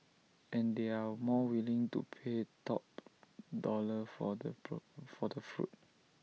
and they are more willing to pay top dollar for the for the fruit